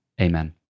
Amen